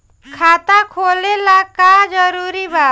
खाता खोले ला का का जरूरी बा?